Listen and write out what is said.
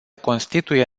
constituie